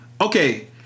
okay